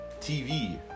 TV